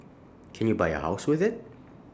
can you buy A house with IT